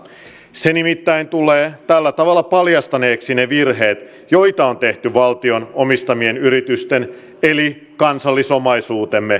se nimittäin tulee tällä tavalla paljastaneeksi ne virheet joita on tehty valtion omistamien yritysten eli kansallisomaisuutemme yksityistämisessä